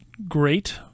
great